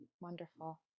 Wonderful